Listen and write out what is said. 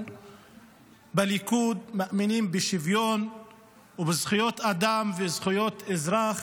בליכוד מאמינים בשוויון ובזכויות אדם וזכויות אזרח,